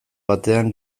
batean